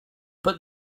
but